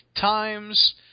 times